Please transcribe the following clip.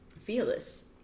fearless